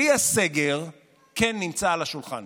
כלי הסגר כן נמצא על השולחן.